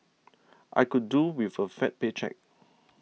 I could do with a fat paycheck